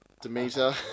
Demeter